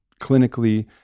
clinically